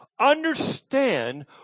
Understand